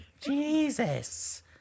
jesus